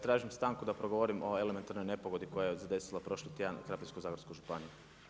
Tražim stanku da progovorim o elementarnoj nepogodi koja je zadesila prošli tjedan Krapinsko-zagorsku županiju.